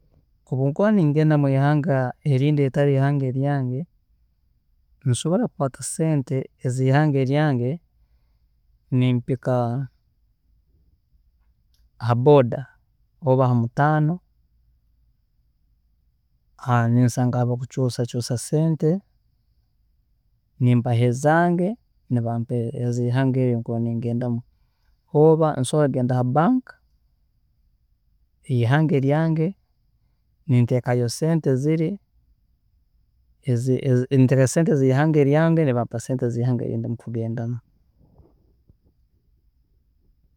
﻿Obunkuba ningenda mwihanga erindi eritari ihanga eryange, nsobola kukwaata sente eziihanga eryange nimpika ha boarder oba hamutaano, ninsangaho abakucuusacuusa sente, nimbaha ezange nibampa ezeihanga erinkuba ningendamu, oba nsobola kugenda ha bank eyihanga eryange, ninteekayo sente ziri ezi- ninteekayo esente eziihanga eryange nibampa sente eziihanga erinkuba ningendamu.